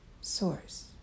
source